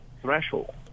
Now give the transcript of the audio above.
threshold